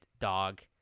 dog